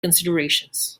considerations